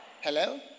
hello